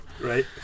Right